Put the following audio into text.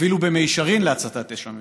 הובילו במישרין להצתת אש המרד,